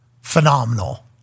phenomenal